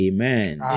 Amen